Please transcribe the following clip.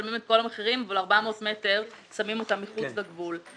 משלמים את כל המחירים אבל 400 מטרים שמים אותם מחוץ לגבול.